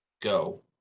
Go